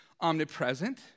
omnipresent